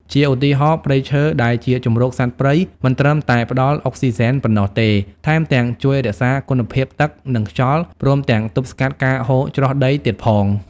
ជាឧទាហរណ៍ ព្រៃឈើដែលជាជម្រកសត្វព្រៃ មិនត្រឹមតែផ្តល់អុកស៊ីហ្សែនប៉ុណ្ណោះទេ ថែមទាំងជួយរក្សាគុណភាពទឹក និងខ្យល់ ព្រមទាំងទប់ស្កាត់ការហូរច្រោះដីទៀតផង។